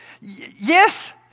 Yes